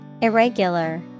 Irregular